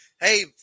hey